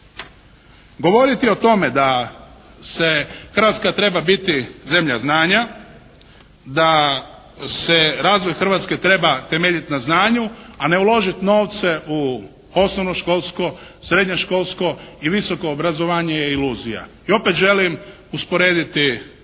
Govoriti o tome da Hrvatska treba biti zemlja znanja, da se razvoj Hrvatske treba temeljiti na znanju a ne uložiti novce u osnovnoškolsko, srednješkolsko i visoko obrazovanje je iluzija. I opet želim usporediti zadnju